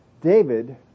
David